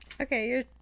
Okay